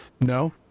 No